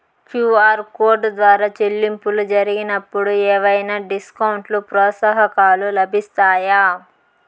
QR code ద్వారా చెల్లింపులు జరిగినప్పుడు ఏవైనా డిస్కౌంట్ లు, ప్రోత్సాహకాలు లభిస్తాయా?